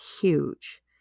huge